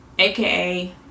AKA